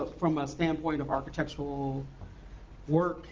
from a standpoint of architectural work,